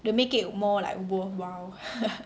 to make it more like worthwhile